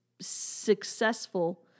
successful